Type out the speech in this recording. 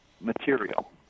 material